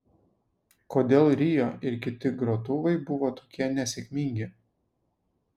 kodėl rio ir kiti grotuvai buvo tokie nesėkmingi